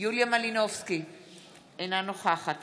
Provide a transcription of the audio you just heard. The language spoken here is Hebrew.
יוליה מלינובסקי קונין, אינה נוכחת